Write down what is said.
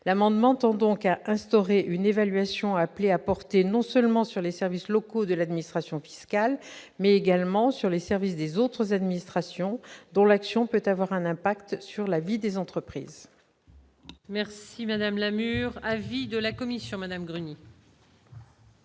l'amendement tend donc à instaurer une évaluation appelé à porter non seulement sur les services locaux de l'administration fiscale, mais également sur les services des autres administrations dont l'action peut avoir un impact sur la vie des entreprises. Merci madame Lamure avis de la commission Madame Grenier.